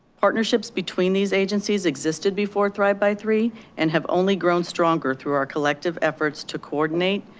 partnerships between these agencies existed before thrive by three and have only grown stronger through our collective efforts to coordinate,